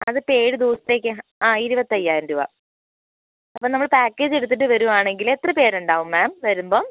അതിപ്പോൾ ഏഴ് ദിവസത്തേക്ക് ആ ഇരുപത്തയ്യായിരം രൂപ അപ്പം നമ്മൾ പാക്കേജ് എടുത്തിട്ട് വരികയാണെങ്കിൽ എത്ര പേരുണ്ടാവും മാം വെരുമ്പം